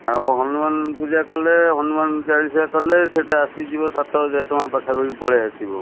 ଆଉ ହନୁମାନ ପୂଜା କଲେ ହନୁମାନ ଚାଳିଶା କଲେ ସେଇଟା ଆସିଯିବ ସାତ ହଜାର ଟଙ୍କା ପାଖାପାଖି ପଳାଇଆସିବ